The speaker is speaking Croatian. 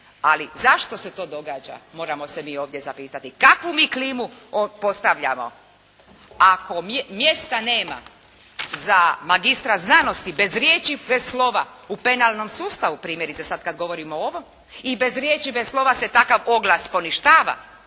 Ali zašto se to događa? Moramo se mi ovdje zapitati. Kakvu mi klimu postavljamo? Ako mjesta nema za magistra znanosti bez riječi, bez slova u penalnom sustavu primjerice sad kad govorimo o ovom, i bez riječi i bez slova se takav oglas poništava,